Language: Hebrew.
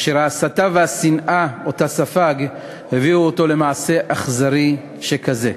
אשר ההסתה והשנאה שספג הביאו אותו למעשה אכזרי שכזה.